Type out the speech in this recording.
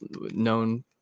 known